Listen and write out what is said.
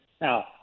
Now